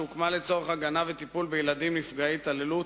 שהוקמה לצורך הגנה וטיפול בילדים נפגעי התעללות